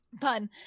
Pun